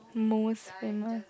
most famous